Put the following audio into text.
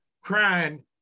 crying